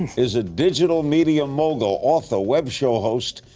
is a digital media mogul, author, web show host,